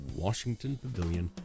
WashingtonPavilion